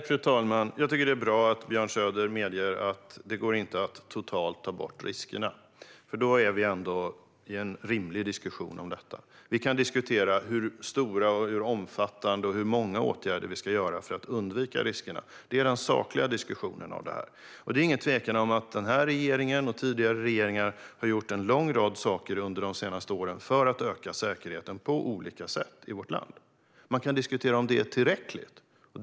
Fru talman! Jag tycker att det är bra att Björn Söder medger att det inte går att ta bort riskerna helt och hållet. Då är vi ändå i en rimlig diskussion om detta. Vi kan diskutera hur stora, hur omfattande och hur många åtgärder vi ska vidta för att undvika riskerna. Det är den sakliga diskussionen om detta. Det är ingen tvekan om att denna regering och tidigare regeringar har gjort en lång rad saker under de senaste åren för att öka säkerheten på olika sätt i vårt land. Man kan diskutera om det är tillräckligt.